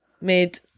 made